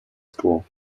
school